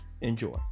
Enjoy